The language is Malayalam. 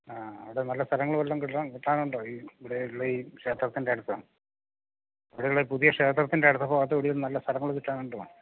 ആ അവിടെ നല്ല സ്ഥലങ്ങൾ വല്ലതും കിട്ടാനുണ്ടോ ഈ ഇവിടെയുള്ള ഈ ക്ഷേത്രത്തിൻ്റെ അടുത്ത് ഇവടള്ളീ പുതിയ ക്ഷേത്രത്തിൻ്റെ അടുത്ത ഭാഗത്ത് എവിടെയെങ്കിലും നല്ല സ്ഥലങ്ങൾ കിട്ടാനുണ്ടോ